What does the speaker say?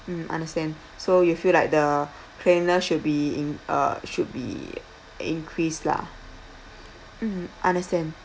mm understand so you feel like the cleanliness should be in uh should be increased lah mm understand